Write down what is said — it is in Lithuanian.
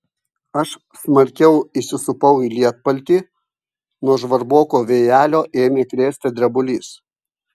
aš smarkiau įsisupau į lietpaltį nuo žvarboko vėjelio ėmė krėsti drebulys